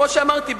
כמו שאמרתי,